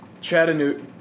Chattanooga